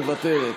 מוותרת,